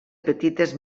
petites